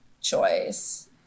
choice